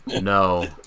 no